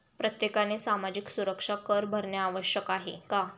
प्रत्येकाने सामाजिक सुरक्षा कर भरणे आवश्यक आहे का?